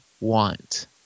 want